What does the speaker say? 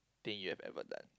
thing you have ever done